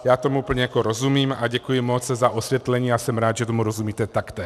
Já tomu úplně rozumím a děkuji moc za osvětlení a jsem rád, že tomu rozumíte taktéž.